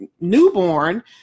newborn